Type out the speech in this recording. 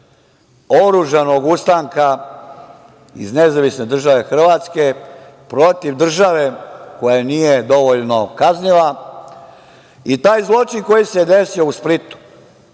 oružanog ustanka iz Nezavisne Države Hrvatske protiv države koja nije dovoljno kaznila. I taj zločin koji se desio u Splitu